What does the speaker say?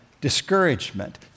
discouragement